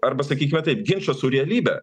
arba sakykime taip ginčą su realybe